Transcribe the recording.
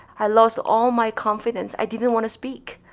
i lost all my confidence. i didn't want to speak.